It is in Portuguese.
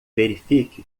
verifique